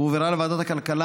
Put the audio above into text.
והועברה לוועדת הכלכלה.